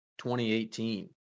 2018